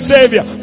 Savior